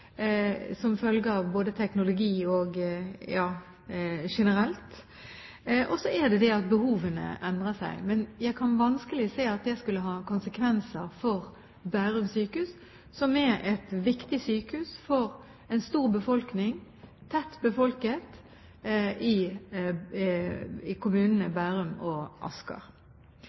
som følge av bl.a. teknologi, og så er det at behovene endrer seg. Men jeg kan vanskelig se at det skulle ha konsekvenser for Bærum sykehus, som er et viktig sykehus for en stor befolkning, i de tett befolkede kommunene Bærum og Asker.